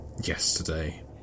yesterday